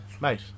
mate